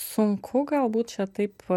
sunku galbūt čia taip